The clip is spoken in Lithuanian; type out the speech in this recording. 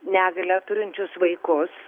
negalią turinčius vaikus